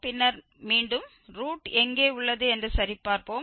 பின்னர் மீண்டும் ரூட் எங்கே உள்ளது என்று சரிபார்ப்போம்